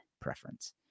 preference